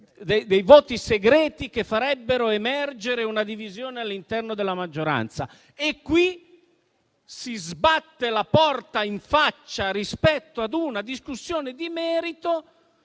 voti segreti, che farebbero emergere una divisione all'interno della maggioranza; qui, si sbatte la porta in faccia rispetto a una discussione di merito,